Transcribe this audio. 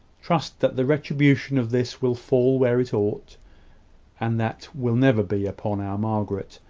trust that the retribution of this will fall where it ought and that will never be upon our margaret.